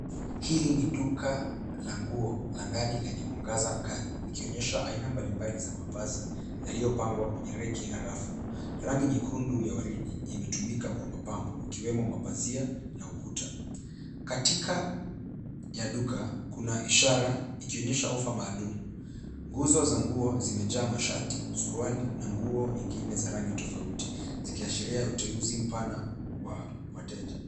Hili ni duka la ndani la nguo lenye mwangaza mkali, ikionyesha aina mbalimbali za mavasi yaliyo bangwa kwenye reki harafu, rangi nyekundu ya waridhi imetumika Kwa mapambo ikiwemo mapasia na ukuta katika ya duka Kuna ishara ikionyesha offer maalum nguzo za nguo simejaa mashati ,suruali na nguo mengine zaa rangi tafauti zikiashiria uteusi pana wa wateja